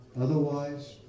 otherwise